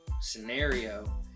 scenario